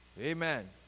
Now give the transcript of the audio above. Amen